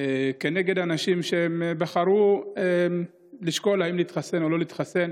כנגד אנשים שבחרו לשקול אם להתחסן או לא להתחסן.